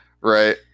right